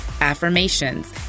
affirmations